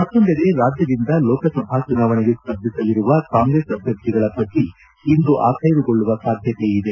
ಮತ್ತೊಂದೆಡೆ ರಾಜ್ಕದಿಂದ ಲೋಕಸಭಾ ಚುನಾವಣೆಗೆ ಸ್ಪರ್ಧಿಸಲಿರುವ ಕಾಂಗ್ರೆಸ್ ಅಭ್ಯರ್ಥಿಗಳ ಪಟ್ಟಿ ಇಂದು ಅಖ್ಯೆರುಗೊಳ್ಳುವ ಸಾಧ್ಯತೆ ಇದೆ